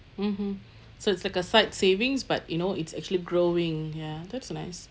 mmhmm so it's like a side savings but you know it's actually growing ya that's nice